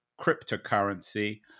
cryptocurrency